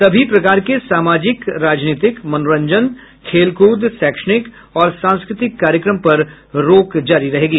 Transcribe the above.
सभी प्रकार के सामाजिक राजनीतिक मनोरंजन खेलकूद शैक्षणिक और संस्कृतिक कार्यक्रम पर रोक जारी रहेगी